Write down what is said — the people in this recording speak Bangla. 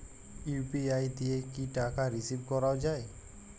ইউ.পি.আই দিয়ে কি টাকা রিসিভ করাও য়ায়?